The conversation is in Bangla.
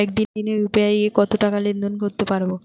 একদিনে ইউ.পি.আই কতবার টাকা লেনদেন করতে পারব?